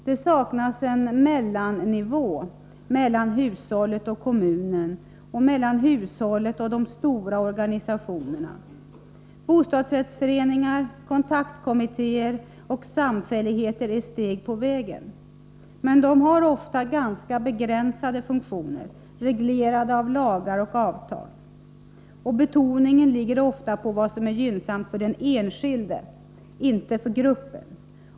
Det saknas en mellannivå — mellan hushållet och kommunen och mellan hushållet och de stora organisationerna. Bostadsrättsföreningar, kontaktkommittéer och samfälligheter är steg på vägen. Men de har ofta ganska begränsade funktioner, reglerade av lagar och avtal. Betoningen ligger ofta på vad som är gynnsamt för den enskilde, inte för gruppen.